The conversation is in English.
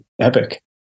Epic